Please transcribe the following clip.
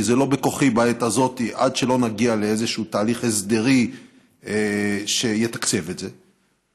כי זה לא בכוחי בעת הזאת עד שלא נגיע לאיזה תהליך הסדרי שיתקצב את זה,